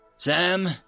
Sam